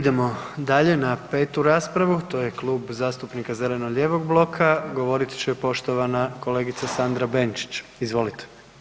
Idemo dalje na 5. raspravu, to je Klub zastupnika zeleno-lijevog bloka, govorit će poštovana kolegica Sandra Benčić, izvolite.